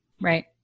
Right